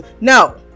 No